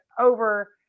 over